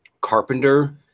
carpenter